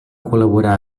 col·laborar